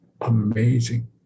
amazing